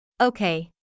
Okay